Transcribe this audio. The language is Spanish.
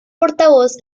portavoz